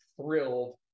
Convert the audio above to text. thrilled